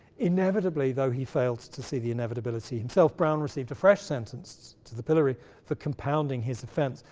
inevitably, though he failed to see the inevitability himself, brown received a fresh sentence to the pillory for compounding his offence.